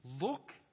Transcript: Look